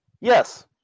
Yes